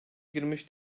girmiş